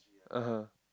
(uh huh)